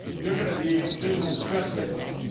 you're going to need visual distress signals,